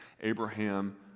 Abraham